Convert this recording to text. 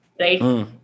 Right